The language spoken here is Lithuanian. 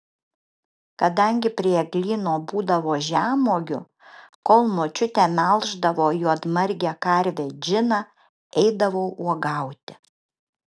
kadangi prie eglyno būdavo žemuogių kol močiutė melždavo juodmargę karvę džiną eidavau uogauti